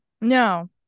No